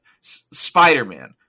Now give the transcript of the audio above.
Spider-Man